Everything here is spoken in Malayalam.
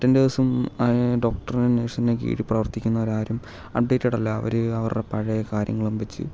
അറ്റൻഡേഴ്സും ഡോക്ടർ നേഴ്സിൻ്റെയും കീഴിൽ പ്രവർത്തിക്കുന്നവരാരും അപ്ഡേറ്റഡല്ല അവർ അവരുടെ പഴയ കാര്യങ്ങളും വച്ച്